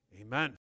Amen